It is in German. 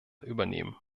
übernehmen